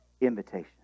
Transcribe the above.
invitation